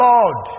Lord